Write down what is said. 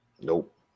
Nope